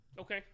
Okay